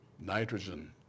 nitrogen